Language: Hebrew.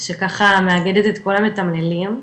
שככה מאגדת את כל המתמללים.